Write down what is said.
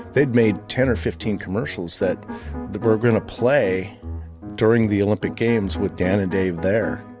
they'd made ten or fifteen commercials that were going to play during the olympic games with dan and dave there.